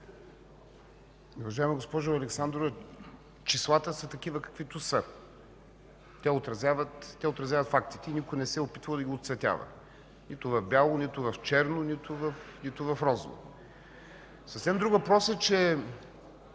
Уважаема госпожо Александрова, числата са такива, каквито са. Те отразяват фактите и никой не се е опитвал да ги оцветява нито в бяло, нито в черно, нито в розово. Съвсем друг въпрос е, че